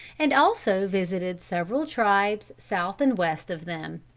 and also visited several tribes south and west of them.